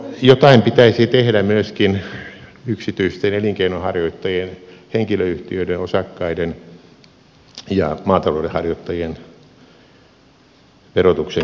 jotain pitäisi tehdä myöskin yksityisten elinkeinonharjoittajien henkilöyhtiöiden osakkaiden ja maatalouden harjoittajien verotuksen keventämiseksi